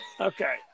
Okay